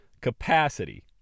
capacity